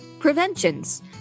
Preventions